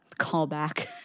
Callback